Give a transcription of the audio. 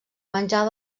menjar